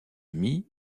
amis